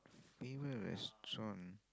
favourite restaurant